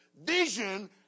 Vision